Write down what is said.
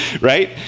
right